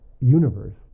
universe